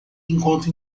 enquanto